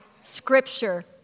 Scripture